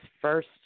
first